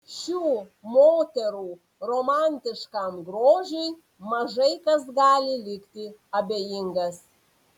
šių moterų romantiškam grožiui mažai kas gali likti abejingas